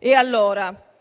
Nessuna